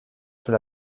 sous